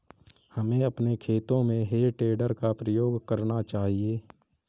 हमें अपने खेतों में हे टेडर का प्रयोग करना चाहिए